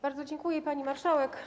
Bardzo dziękuję, pani marszałek.